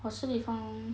!wah! Shi Li Fang